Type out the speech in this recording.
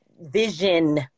vision